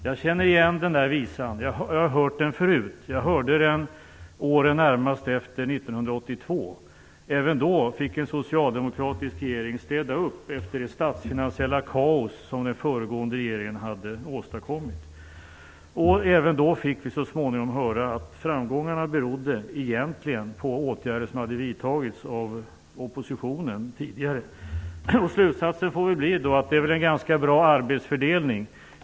Jag känner igen den visan. Jag har hört den förut. Jag hörde den under åren närmast efter 1982. Även då fick en socialdemokratisk regering städa upp efter det statsfinansiella kaos som den föregående regeringen hade åstadkommit. Även då fick vi så småningom höra att framgångarna egentligen berodde på åtgärder som hade vidtagits av oppositionen tidigare. Slutsatsen får bli att detta är en ganska bra arbetsfördelning.